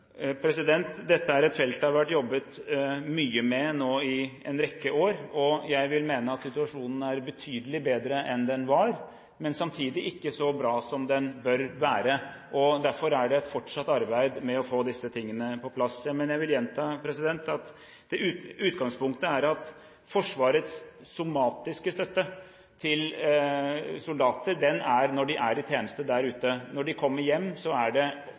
Dette er et felt det har vært jobbet mye med nå i en rekke år, og jeg vil mene at situasjonen er betydelig bedre enn den var, men samtidig ikke så bra som den bør være. Derfor er det et fortsatt arbeid med å få disse tingene på plass. Men jeg vil gjenta at utgangspunktet er at Forsvarets somatiske støtte til soldater gis når de er i tjeneste der ute. Når de kommer hjem, vil oppfølgingen av vanlige somatiske lidelser skje i det vanlige helsevesenet. Så har vi konstatert at det